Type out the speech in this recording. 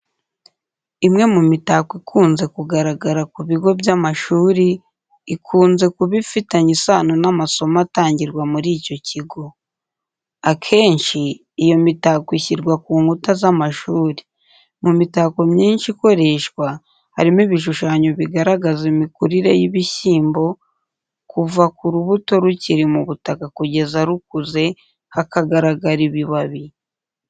Imwe mu mitako ikunze kugaragara ku bigo by'amashuri, ikunze kuba ifitanye isano n'amasomo atangirwa muri icyo kigo. Akenshi iyo mitako ishyirwa ku nkuta z'amashuri. Mu mitako myinshi ikoreshwa, harimo ibishushanyo bigaragaza imikurire y'ibishyimbo, kuva ku rubuto rukiri mu butaka kugeza rukuze, hakagaragara ibibabi.